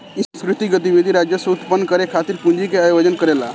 इ सांस्कृतिक गतिविधि राजस्व उत्पन्न करे खातिर पूंजी के आयोजन करेला